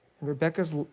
Rebecca's